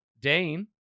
Dane